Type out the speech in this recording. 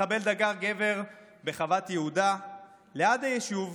מחבל דקר גבר בחוות יהודה ליד היישוב.